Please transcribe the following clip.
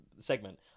segment